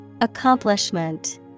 Accomplishment